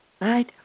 Right